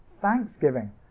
Thanksgiving